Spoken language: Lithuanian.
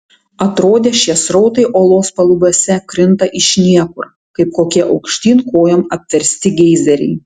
atrodė šie srautai olos palubiuose krinta iš niekur kaip kokie aukštyn kojom apversti geizeriai